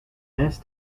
asked